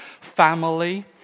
family